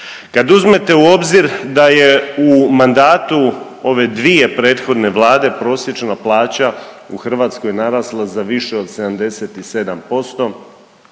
Kad uzmete u obzir da je u mandatu ove dvije prethodne Vlade prosječna plaća u Hrvatskoj narasla za više od 77%,